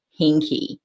hinky